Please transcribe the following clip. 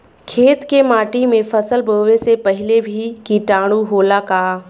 खेत के माटी मे फसल बोवे से पहिले भी किटाणु होला का?